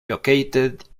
located